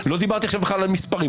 דיברתי עכשיו בכלל על מספרים,